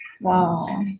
Wow